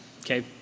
okay